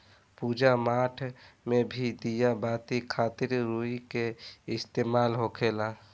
पूजा पाठ मे भी दिया बाती खातिर रुई के इस्तेमाल होखेला